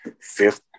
fifth